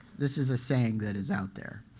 this is a saying that is out there.